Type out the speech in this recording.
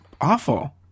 awful